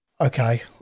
okay